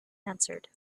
answered